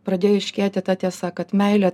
pradėjo aiškėti ta tiesa kad meilė